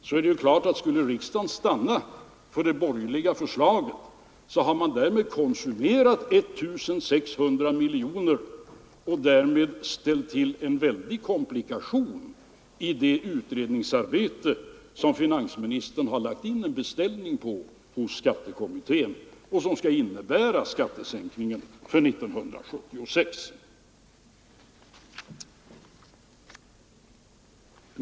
Det är klart att skulle riksdagen stanna för det borgerliga förslaget, då har man konsumerat 1 600 miljoner och därmed ställt till en väldig komplikation i det utredningsarbete som finansministern har lagt in en beställning på hos skattekommittén och som skall innebära en skattesänkning för 1976.